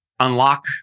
unlock